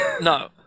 No